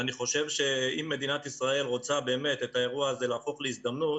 ואני חושב שאם מדינת ישראל רוצה באמת להפוך את האירוע הזה להזדמנות,